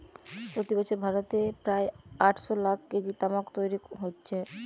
প্রতি বছর ভারতে প্রায় আটশ লাখ কেজি তামাক তৈরি হচ্ছে